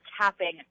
tapping